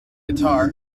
guitar